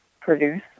produce